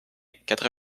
quatre